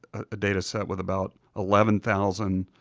a data set with about eleven thousand